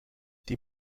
die